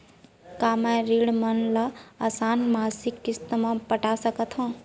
का मैं ऋण मन ल आसान मासिक किस्ती म पटा सकत हो?